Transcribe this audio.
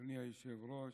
אדוני היושב-ראש,